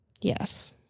Yes